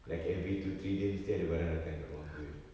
like every two three days mesti ada barang datang kat rumah aku eh